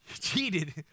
cheated